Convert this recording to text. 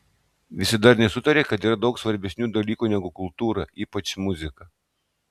visi darniai sutaria kad yra daug svarbesnių dalykų negu kultūra ypač muzika